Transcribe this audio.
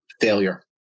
failure